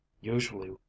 Usually